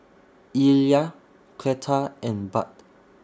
Illya Cleta and Bud